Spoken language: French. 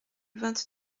vingt